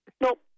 nope